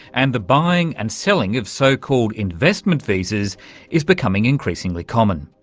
and the buying and selling of so-called investment visas is becoming increasingly common.